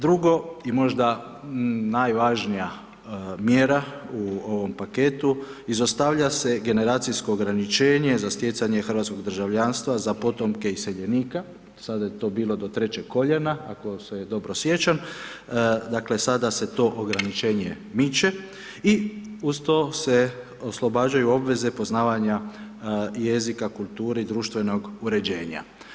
Druga, i možda najvažnija mjera u ovom paketu, izostavlja se generacijsko ograničenje za stjecanje hrvatskog državljanstva za potomke iseljenika, sada je to bilo do 3 koljena, ako se dobro sjećam, dakle, sada se to ograničenje miče i uz to se oslobađaju obveze poznavanja jezika, kulture i društvenog uređenja.